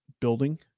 building